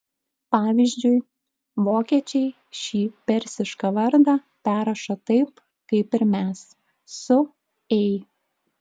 pavyzdžiui vokiečiai šį persišką vardą perrašo taip kaip ir mes su ei